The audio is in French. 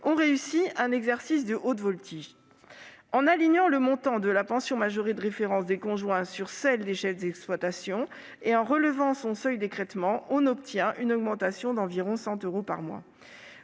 ont réussi un exercice de haute voltige. En alignant le montant de la pension majorée de référence des conjoints sur celui de la PMR des chefs d'exploitation et en relevant son seuil d'écrêtement, on obtient une augmentation d'environ 100 euros par mois.